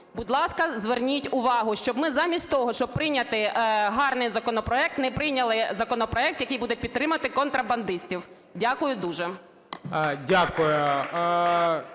Будь ласка, зверніть увагу, щоб ми замість того, щоб прийняти гарний законопроект, не прийняли законопроект, який буде підтримувати контрабандистів. Дякую дуже.